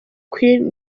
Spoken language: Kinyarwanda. queen